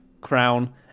crown